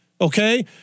Okay